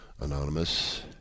Anonymous